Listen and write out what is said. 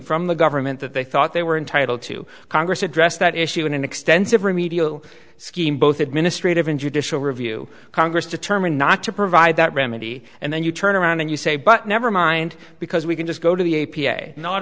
from the government that they thought they were entitled to congress address that issue an extensive remedial scheme both administrative and judicial review congress determined not to provide that remedy and then you turn around and you say but never mind because we can just go to the a p a not